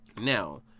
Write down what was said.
Now